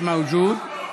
מיש מווג'וד,